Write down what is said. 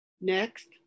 Next